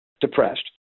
depressed